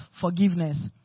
forgiveness